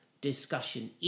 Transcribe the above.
discussion